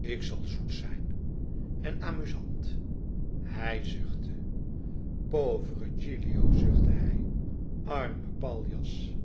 zal zoet zijn en amuzant hij zuchtte povero gilio zuchtte hij arme paljas